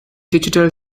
digital